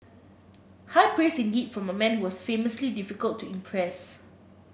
high praise indeed from a man who was famously difficult to impress